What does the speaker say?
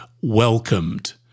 welcomed